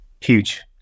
Huge